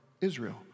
Israel